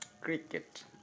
cricket